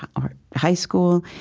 or high school.